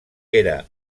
era